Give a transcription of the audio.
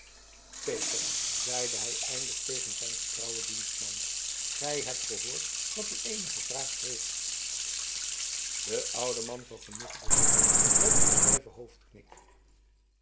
peter zeide hij eindelijk tegen zijn getrouwen dienstman gij hebt gehoord wat die deerne gevraagd heeft de oude man vergenoegde zich met een stijven hoofdknik